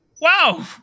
wow